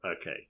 Okay